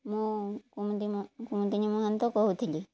ମୁଁ କୁମୁଦିନୀ ମହାନ୍ତ କହୁଥିଲି